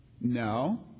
No